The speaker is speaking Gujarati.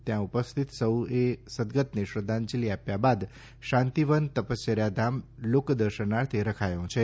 ત્યાં ઉપસ્થિત સૌ એ સદ્દગતને શ્રદ્ધાંજલી આપ્યા બાદ શાંતિવન તપસ્યાધામ લોકદર્શનાર્થે રખાયો છે